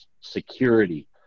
security